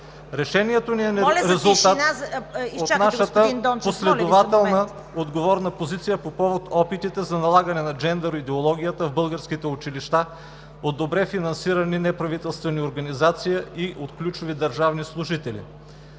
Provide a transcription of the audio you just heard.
Решението ни е резултат от нашата последователна, отговорна позиция по повод опитите за налагане на джендър идеологията в българските училища от добре финансирани неправителствени организации и от ключови държавни служители.